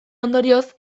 ondorioz